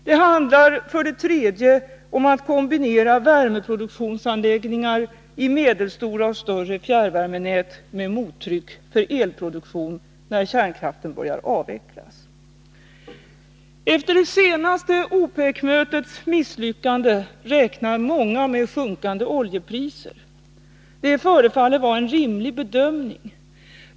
Det handlar för det tredje om att kombinera värmeproduktionsanläggningar i medelstora och större fjärrvärmenät med mottryck för elproduktion när kärnkraften börjar avvecklas. Efter det senaste OPEC-mötets misslyckande, räknar många med sjunkande oljepriser. Det förefaller vara en rimlig bedömning.